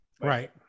Right